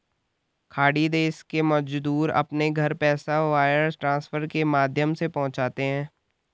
खाड़ी देश के मजदूर अपने घर पैसा वायर ट्रांसफर के माध्यम से पहुंचाते है